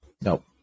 Nope